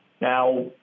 Now